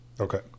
Okay